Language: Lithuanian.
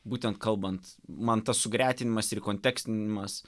būtent kalbant man tas sugretinimas ir kontekstinimas